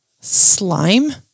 slime